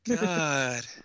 God